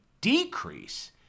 decrease